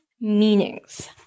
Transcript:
meanings